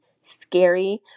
scary